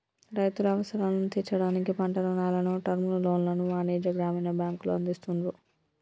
రైతుల అవసరాలను తీర్చడానికి పంట రుణాలను, టర్మ్ లోన్లను వాణిజ్య, గ్రామీణ బ్యాంకులు అందిస్తున్రు